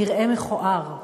נראה מכוער.